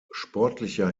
sportlicher